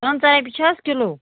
پنٛژاہ رۄپیہِ چھِ حظ کِلوٗ